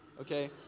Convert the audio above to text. okay